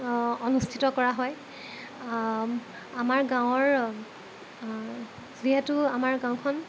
অনুষ্ঠিত কৰা হয় আমাৰ গাঁৱৰ যিহেতু আমাৰ গাঁওখন